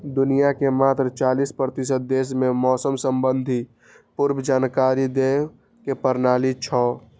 दुनिया के मात्र चालीस प्रतिशत देश मे मौसम संबंधी पूर्व जानकारी दै के प्रणाली छै